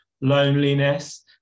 loneliness